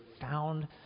found